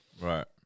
right